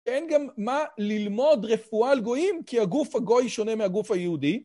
שאין גם מה ללמוד רפואה על גויים, כי הגוף הגוי שונה מהגוף היהודי.